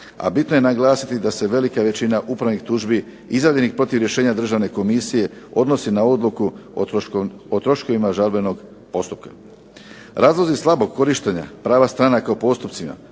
A bitno je naglasiti da se velika većina upravnih tužbi izjavljenih protiv rješenja Državne komisije odnosi na odluku o troškovima žalbenog postupka. Razlozi slabog korištenja prava stranaka u postupcima